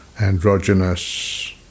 androgynous